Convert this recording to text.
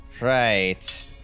Right